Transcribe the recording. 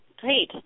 great